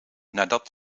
nadat